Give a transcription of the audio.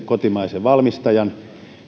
kotimaisen valmistajan